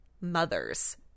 mothers